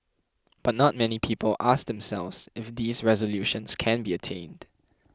but not many people ask themselves if these resolutions can be attained